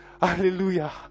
Hallelujah